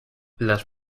las